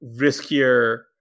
riskier